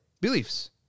beliefs